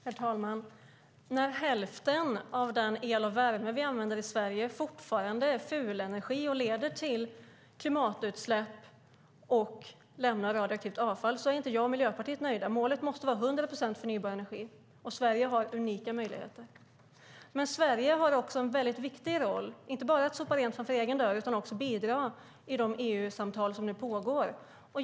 Herr talman! När hälften av den el och värme vi använder i Sverige fortfarande är fulenergi och leder till klimatutsläpp och efterlämnar radioaktivt avfall är jag och Miljöpartiet inte nöjda. Målet måste vara 100 procent förnybar energi, och Sverige har unika möjligheter. Men Sverige har också en mycket viktig roll, inte bara för att sopa rent framför egen dörr utan också bidra i de EU-samtal som nu pågår.